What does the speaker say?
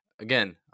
Again